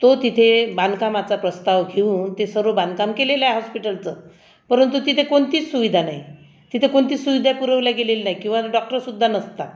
तो तिथे बांधकामाचा प्रस्ताव घेऊन ते सर्व बांधकाम केलेलंय हॉस्पिटलचं परंतु तिथे कोणतीच सुविधा नाही तिथे कोणतीच सुविधा पुरविल्या गेलेली नाही किंवा डॉक्टर्ससुद्धा नसतात